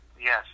Yes